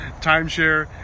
timeshare